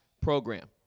Program